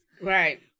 Right